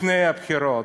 לפני הבחירות,